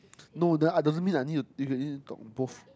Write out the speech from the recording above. no that doesn't mean I need you can you need to talk both